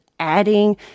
Adding